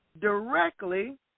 Directly